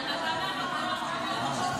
לא,